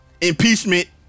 Impeachment